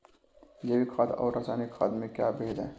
जैविक खाद और रासायनिक खाद में कोई भेद है?